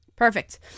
Perfect